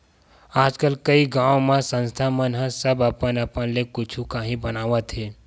आजकल कइ गाँव म संस्था मन ह सब अपन अपन ले कुछु काही बनावत हे